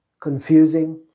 confusing